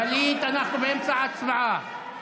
גלית, אנחנו באמצע ההצבעה.